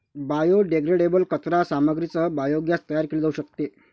biodegradable कचरा सामग्रीसह biogas तयार केले जाऊ शकते